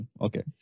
okay